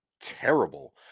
terrible